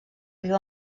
riu